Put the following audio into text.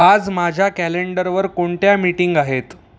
आज माझ्या कॅलेंडरवर कोणत्या मीटिंग आहेत